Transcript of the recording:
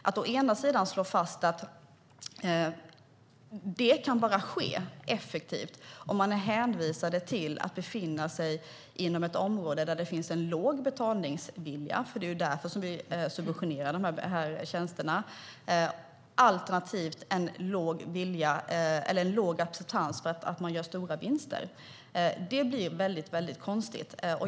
Att slå fast att detta bara kan ske effektivt om man är hänvisad till att befinna sig inom ett område där det finns en låg betalningsvilja - det är ju därför som vi subventionerar de här tjänsterna - eller en låg acceptans för att det görs stora vinster blir väldigt konstigt.